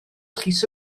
llys